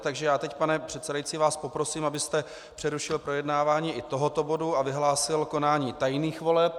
Takže já teď, pane předsedající, vás poprosím, abyste přerušil projednávání i tohoto bodu a vyhlásil konání tajných voleb.